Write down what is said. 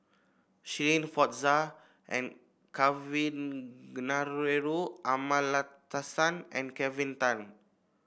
Shirin Fozdar and Kavignareru Amallathasan and Kelvin Tan